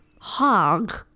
Hog